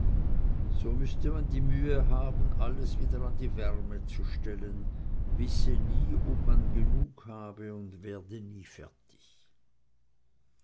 so müsse man die mühe haben alles wieder an die wärme zu stellen wisse nie ob man genug habe und werde nie fertig